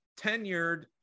tenured